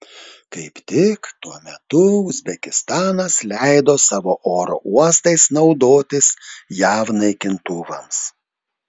kaip tik tuo metu uzbekistanas leido savo oro uostais naudotis jav naikintuvams